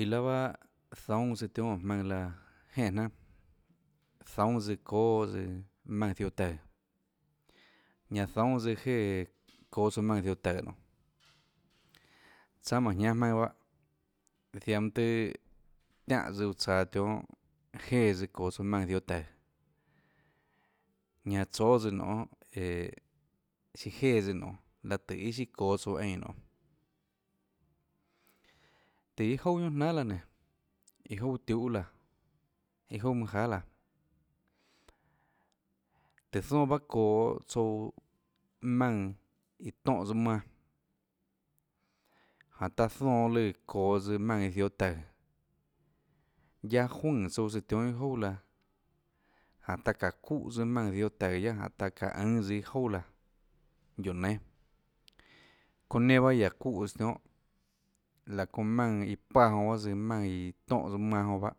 Iã laã pahâ zoúnâ tsøã tionhâ óå jmaønã laã jenè jnanà zoúnâ tsøã çóâ tsøã jmaùnã ziohå taùå ñanã zoúnâ tsøã jéã çoå tsouã jmaùnã ziohå taùå nionê tsánâ máhå jñánâ jmaønã pahâ ziaã mønã tøâ tiáhå tsøã uå tsaå tionhâ jéã tsøã çoå tsouã jmaùnã ziohå taùå ñanã tsóã tsøã nionê eeå siã jéã tsøã nonê laã tøê iâ siâ çoå tsouã eínã nonê tùhå iâ jouâ guiohà jnanhà laã nénå iâ jouà tiuhâ laã iâ jouà manâ jahà laã tùhå zoønâ bahâ çoå tsouã jmaùnã iã tóhã tsøã manã jáhå taã zoønâ lùã çoås tsøã jmaónã ziohå taùå guiaâ juønè tsouã tsøã tionhâ iâ jouà laã jáhå taã çaã çuúhã tsøã jmaùnã ziohå taùå guiaâ jáhå taã çaã ùnã tsøã iâ jouà laã guióå nénâ çonã nenã iã çaã çuúhås tsøã tionhâ laã çóhã jmaùnã iã páãs jonã tsøã jmaùnã iã tóhã tsøã manã jonã bahâ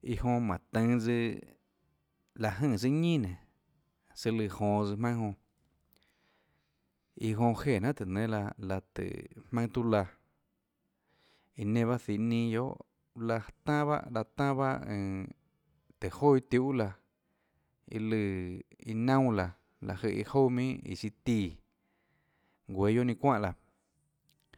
iã jonã mánhå tønå tsøã liáhå jønè tsùà ñinà nénå tsøã lùã jonås jmaønâ jonã iã jonã jeè jnanhà tùhå nénâ laã laã tùhå jmaønâ tiuâ laã iã nenã pahâ zihå ninâ guiohà láhå tanâ bahâ láhå tanâ bahâ øønå tùhå joà iâ tiuhå laã iã lùã iâ naunà laã láhå jøè iâ jouà minhà iã siâ tíã guéã guiohà ninâ çuánhà laã.